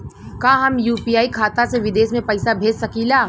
का हम यू.पी.आई खाता से विदेश में पइसा भेज सकिला?